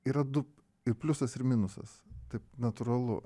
yra du ir pliusas ir minusas taip natūralu